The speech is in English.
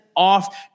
Off